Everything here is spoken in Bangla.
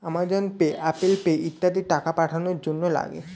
অ্যামাজন পে, অ্যাপেল পে ইত্যাদি টাকা পাঠানোর জন্যে লাগে